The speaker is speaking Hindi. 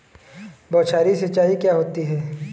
बौछारी सिंचाई क्या होती है?